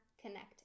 connect